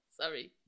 Sorry